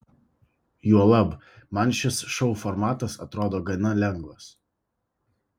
juolab man šis šou formatas atrodo gana lengvas